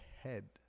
head